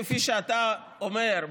כפי שאתה אומר,